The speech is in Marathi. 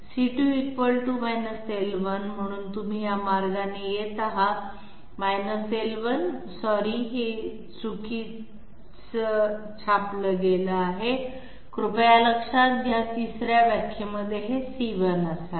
c2 l1 म्हणून तुम्ही या मार्गाने येत आहात -l1 आणि क्षमस्व ही चुकीची छाप आहे कृपया लक्षात घ्या तिसऱ्या व्याख्येमध्ये हे c1 असावे